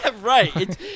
Right